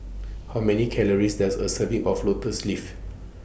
How Many Calories Does A Serving of Lotus Leaf